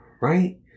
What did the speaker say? right